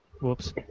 Whoops